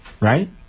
right